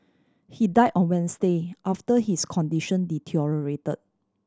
he died on Wednesday after his condition deteriorate